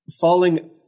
falling